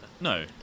No